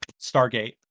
Stargate